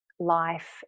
life